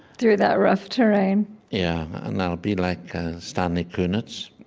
through that rough terrain yeah, and i'll be like stanley kunitz,